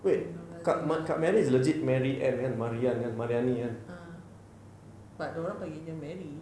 wait kak ma~ kak mary is legit mary anne kan marian~ kan mariani kan